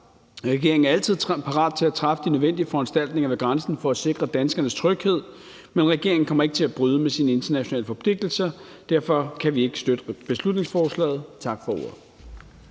Regeringen er altid parat til at træffe de nødvendige foranstaltninger ved grænsen for at sikre danskernes tryghed, men regeringen kommer ikke til at bryde med sine internationale forpligtelser. Derfor kan vi ikke støtte beslutningsforslaget. Tak for ordet.